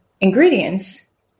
ingredients